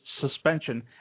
suspension